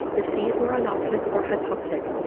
the seas were anoxic or hypoxic.